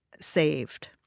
saved